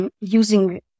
using